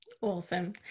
Awesome